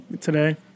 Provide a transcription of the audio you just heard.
today